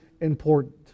important